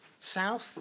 south